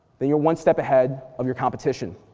then you're one step ahead of your competition.